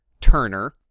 Turner